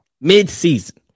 Mid-season